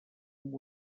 amb